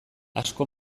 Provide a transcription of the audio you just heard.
asko